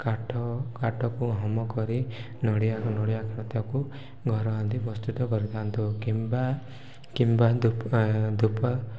କାଠ କାଠକୁ ହୋମ କରି ନଡ଼ିଆ କତାକୁ ଘର ଆଦି ପ୍ରସ୍ତୁତ କରିଥାନ୍ତୁ କିମ୍ବା ଧୂପ